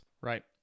Right